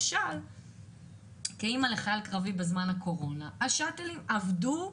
כאימא לחייל קרבי בזמן הקורונה השאטלים עבדו,